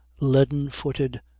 leaden-footed